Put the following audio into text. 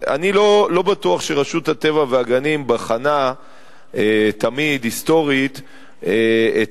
אני לא בטוח שרשות הטבע והגנים בחנה תמיד היסטורית את